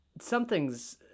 something's